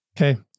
Okay